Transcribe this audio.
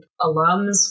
alums